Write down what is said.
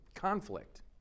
Conflict